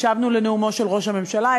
הקשבנו לנאומו של ראש הממשלה,